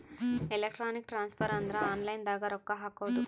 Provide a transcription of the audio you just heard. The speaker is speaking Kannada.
ಎಲೆಕ್ಟ್ರಾನಿಕ್ ಟ್ರಾನ್ಸ್ಫರ್ ಅಂದ್ರ ಆನ್ಲೈನ್ ದಾಗ ರೊಕ್ಕ ಹಾಕೋದು